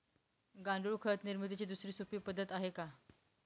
गांडूळ खत निर्मितीची दुसरी सोपी पद्धत आहे का?